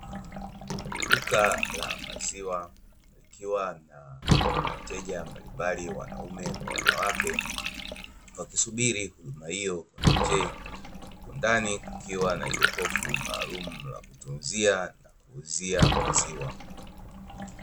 Duka la maziwa likiwa na wateja mbalimbali wanaume kwa wanawake wakisubiri huduma hiyo nje. Huku ndani kukiwa na jokofu maalumu la kutunzia na kuuzia maziwa.